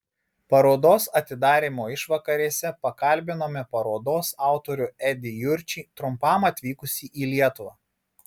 parodos atidarymo išvakarėse pakalbinome parodos autorių edį jurčį trumpam atvykusį į lietuvą